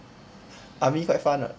army quite fun [what]